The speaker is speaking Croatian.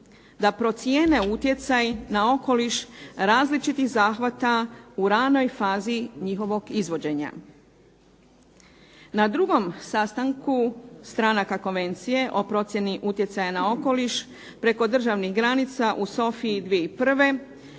da procijene utjecaj na okoliš različitih zahvata u ranoj fazi njihovog izvođenja. Na drugom sastanku stranaka Konvencije o procjeni utjecaja na okoliš preko državnih granica u Sofiji 2001.